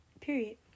Period